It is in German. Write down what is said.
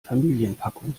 familienpackung